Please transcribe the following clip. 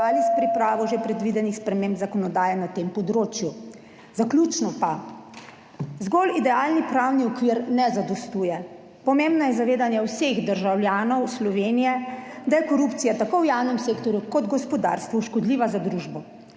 s pripravo že predvidenih sprememb zakonodaje na tem področju. Zaključno pa zgolj idealni pravni okvir ne zadostuje, pomembno je zavedanje vseh državljanov Slovenije, da je korupcija tako v javnem sektorju kot v gospodarstvu škodljiva za družbo.